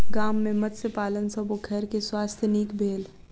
गाम में मत्स्य पालन सॅ पोखैर के स्वास्थ्य नीक भेल